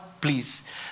please